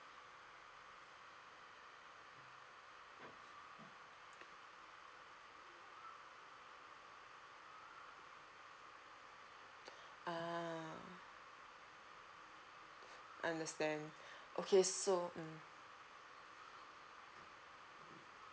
ah understand okay so mm